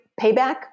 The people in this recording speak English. payback